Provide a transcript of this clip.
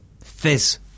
fizz